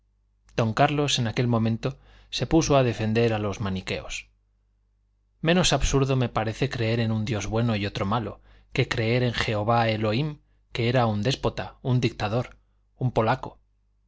don carlos en aquel momento se puso a defender a los maniqueos menos absurdo me parece creer en un dios bueno y otro malo que creer en jehová elom que era un déspota un dictador un polaco